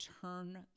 turn